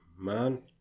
man